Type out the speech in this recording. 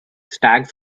stag